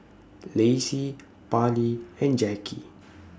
Lacy Parlee and Jackie